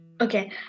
okay